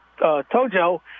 Tojo